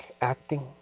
acting